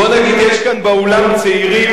בוא נגיד, יש כאן באולם צעירים,